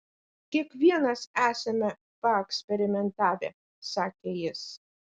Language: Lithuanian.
kiekvienas esame paeksperimentavę sakė jis